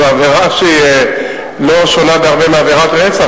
זו עבירה שהיא לא שונה בהרבה מעבירת רצח,